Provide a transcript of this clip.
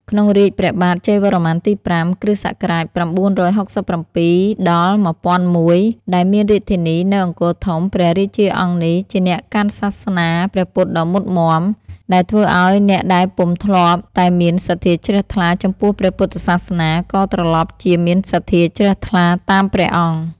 ក្នុងរាជ្យព្រះបាទជ័យវរ្ម័នទី ៥ (គ.ស ៩៦៧-១០០១) ដែលមានរាជធានីនៅ អង្គរធំ ព្រះរាជាអង្គនេះជាអ្នកកាន់សាសនាព្រះពុទ្ធដ៏មុតមាំ ដែលធ្វើឱ្យអ្នកដែលពុំ ធ្លាប់តែមានសទ្ធាជ្រះថ្លាចំពោះព្រះពុទ្ធសាសនា ក៏ត្រឡប់ជាមានសទ្ធាជ្រះថ្លាតាម ព្រះអង្គ។